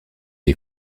est